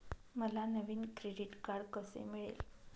मला नवीन credit card कसे मिळेल?